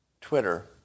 Twitter